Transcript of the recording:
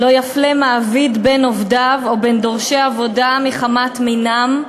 "לא יפלה מעביד בין עובדיו או בין דורשי עבודה מחמת מינם,